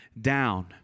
down